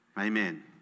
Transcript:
Amen